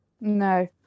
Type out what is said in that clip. No